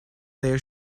their